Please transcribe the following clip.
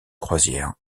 croisière